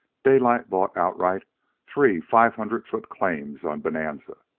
daylight bought outright three five-hundred-foot claims on bonanza.